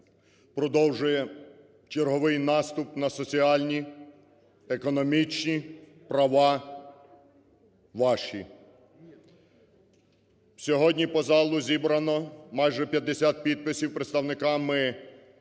продовжує черговий наступ на соціальні, економічні права ваші. Сьогодні по залу зібрано майже 50 підписів представниками